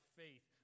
faith